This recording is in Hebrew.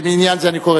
במניין זה אני קורא,